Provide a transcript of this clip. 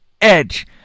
Edge